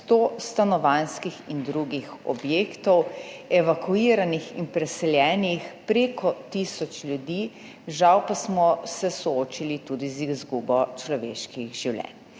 sto stanovanjskih in drugih objektov, evakuiranih in preseljenih prek tisoč ljudi, žal pa smo se soočili tudi z izgubo človeških življenj.